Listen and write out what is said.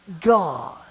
God